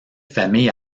famille